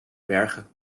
bergen